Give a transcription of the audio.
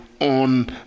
on